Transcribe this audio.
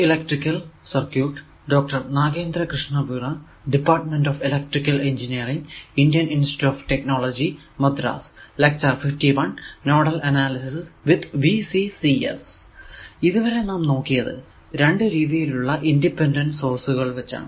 ഇത് വരെ നാം നോക്കിയത് രണ്ടു രീതിയിൽ ഉള്ള ഇൻഡിപെൻഡന്റ് സോഴ്സ് വച്ചാണ്